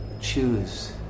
choose